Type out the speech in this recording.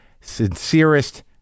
Sincerest